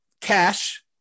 Cash